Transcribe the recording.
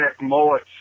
mullet